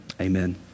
amen